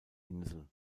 insel